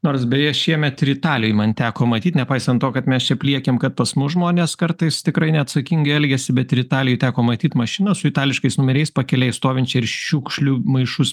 nors beje šiemet ir italijoj man teko matyt nepaisant to kad mes čia pliekėm kad pas mus žmonės kartais tikrai neatsakingai elgiasi bet ir italijoj teko matyt mašiną su itališkais numeriais pakelėj stovinčią ir šiukšlių maišus